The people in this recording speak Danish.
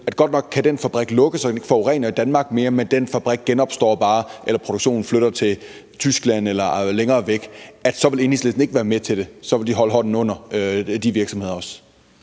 føre til, at den fabrik kan lukke, så den ikke forurener i Danmark mere, men at den uden tvivl bare genopstår eller flytter produktionen flytter til Tyskland eller længere væk, vil Enhedslisten ikke være med til det, og så vil de også holde hånden under de virksomheder? Kl.